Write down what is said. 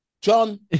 John